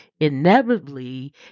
Inevitably